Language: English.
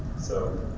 so,